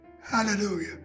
Hallelujah